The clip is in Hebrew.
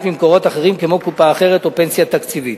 ממקורות אחרים כמו קופה אחרת או פנסיה תקציבית.